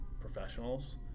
professionals